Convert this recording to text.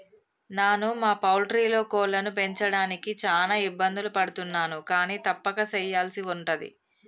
నాను మా పౌల్ట్రీలో కోళ్లను పెంచడానికి చాన ఇబ్బందులు పడుతున్నాను కానీ తప్పక సెయ్యల్సి ఉంటది